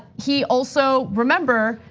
he also, remember,